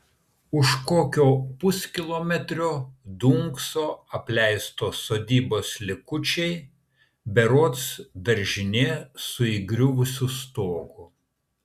už kokio puskilometrio dunkso apleistos sodybos likučiai berods daržinė su įgriuvusiu stogu